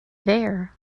there